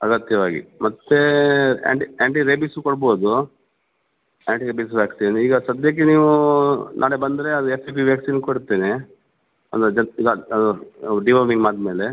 ಅಗತ್ಯವಾಗಿ ಮತ್ತು anti anti rabies ಕೊಡ್ಬೌದು ಆ್ಯಂಟಿ ರೇಬಿಸ್ ವ್ಯಾಕ್ಸೀನ್ ಈಗ ಸದ್ಯಕ್ಕೆ ನೀವು ನಾಳೆ ಬಂದರೆ ಅದು ಎಫ್ ಪಿ ಪಿ ವ್ಯಾಕ್ಸೀನ್ ಕೊಡ್ತೇನೆ ಅಂದರೆ ಅದು ಡಿವೋಮಿಂಗ್ ಆದ ಮೇಲೆ